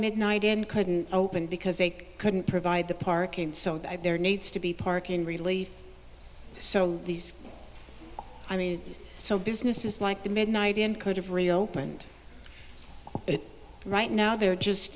midnight and couldn't open because they couldn't provide the parking so there needs to be parking relief so i mean so businesses like the midnight in could have reopened right now they're just